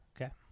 Okay